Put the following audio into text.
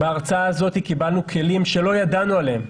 בהרצאה הזאת קיבלנו כלים שלא ידענו עליהם.